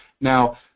Now